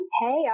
Hey